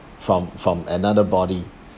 from from another body